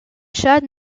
chats